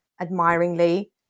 admiringly